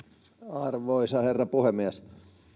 arvoisa herra puhemies